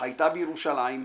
חייתה בירושלים,